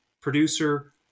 producer